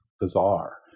bizarre